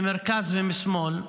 מהמרכז ומהשמאל,